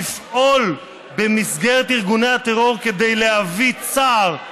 לפעול במסגרת ארגוני הטרור כדי להביא צער,